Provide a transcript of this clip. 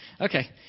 Okay